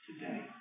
today